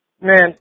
Man